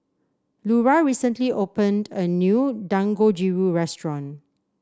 Lura recently opened a new Dangojiru Restaurant